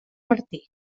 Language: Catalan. martí